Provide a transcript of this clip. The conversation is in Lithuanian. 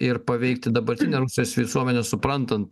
ir paveikti dabartinę rusijos visuomenę suprantant